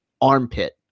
armpit